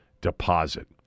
deposit